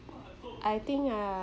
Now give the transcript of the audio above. I think I